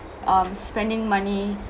um spending money